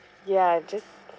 ya just